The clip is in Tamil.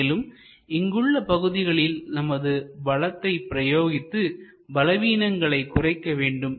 மேலும் இங்கு உள்ள பகுதிகளில் நமது பலத்தை பிரயோகித்து பலவீனங்களை குறைக்க வேண்டும்